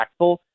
impactful